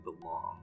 belong